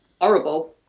horrible